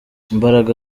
imbaraga